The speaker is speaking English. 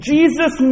Jesus